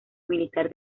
militar